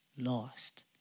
Lost